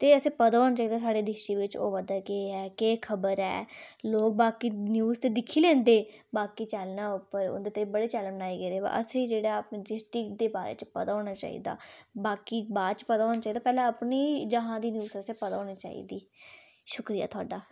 ते असें गी पता होना चाहिदा कि साढ़े डिश टीवी बिच ओह् होआ दा केह् ऐ केह् खबर ऐ लोग बाकी न्यूज ते दिक्खी लैंदे बाकी चैनलें उप्पर हून ते बड़े चैनल आई गेदे पर असें ई जेह्ड़ा अपने डिस्ट्रिक दे बारै च पता होना चाहिदा बाकी बाद च पता होना चाहिदा पैह्ले अपने जहां दी तुसें गी पता होना चाहिदी शुक्रिया थुआढ़ा